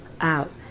out